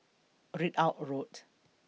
Ridout Road